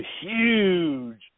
huge